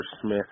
Smith